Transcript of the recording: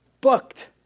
Booked